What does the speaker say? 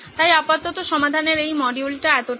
তাই আপাতত সমাধানের এই মডিউলটা এতটাই